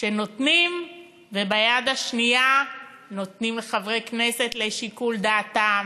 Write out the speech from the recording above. שנותנים וביד השנייה נותנים לחברי כנסת לשיקול דעתם,